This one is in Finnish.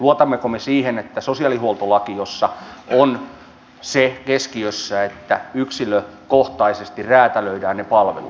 luotammeko me sosiaalihuoltolakiin jossa on keskiössä se että yksilökohtaisesti räätälöidään ne palvelut